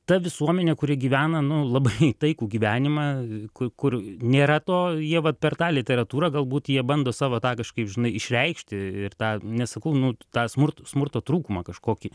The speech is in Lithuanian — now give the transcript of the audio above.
ta visuomenė kuri gyvena nu labai taikų gyvenimą kur nėra to jie vat per tą literatūrą galbūt jie bando savo tą kažkaip žinai išreikšti ir tą nesakau nu tą smurto smurto trūkumą kažkokį